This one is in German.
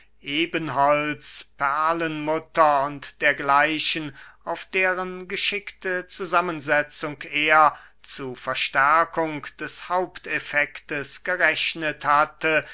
edelsteinen ebenholz perlenmutter und dergleichen auf deren geschickte zusammensetzung er zu verstärkung des haupteffekts gerechnet hatte